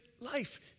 life